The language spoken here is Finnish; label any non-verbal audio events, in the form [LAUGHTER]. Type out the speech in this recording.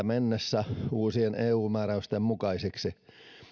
[UNINTELLIGIBLE] mennessä uusien eu määräysten mukaisiksi